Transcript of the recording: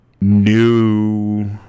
new